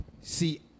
See